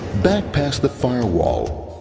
back past the firewall,